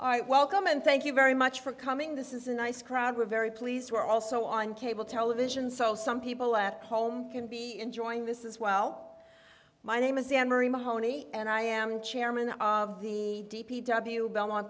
are welcome and thank you very much for coming this is a nice crowd we're very pleased we're also on cable television so some people at home can be enjoying this as well my name is anne marie mahoney and i am chairman of the d p w belmont